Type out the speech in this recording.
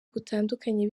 gutandukanye